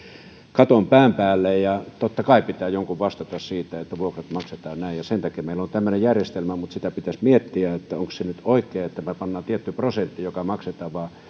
katon pään päälle ja totta kai pitää jonkun vastata siitä että vuokrat maksetaan näin ja sen takia meillä on tämmöinen järjestelmä mutta sitä pitäisi miettiä onko se nyt oikein että me panemme tietyn prosentin joka maksetaan vai